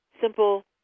simple